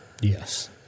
Yes